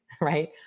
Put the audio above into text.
Right